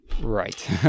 Right